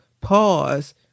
Pause